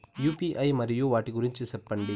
UPI మరియు వాటి గురించి సెప్పండి?